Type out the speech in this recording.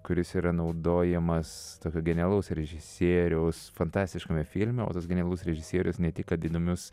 kuris yra naudojamas tokio genialaus režisieriaus fantastiškame filme o tas genialus režisierius ne tik kad įdomius